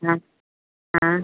हाँ हाँ